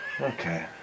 Okay